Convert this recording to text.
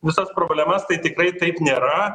visas problemas tai tikrai taip nėra